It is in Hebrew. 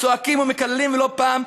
צועקים ומקללים לא פעם,